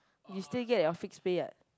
you still get your fixed pay what